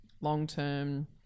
long-term